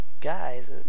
Guys